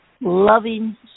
loving